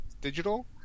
digital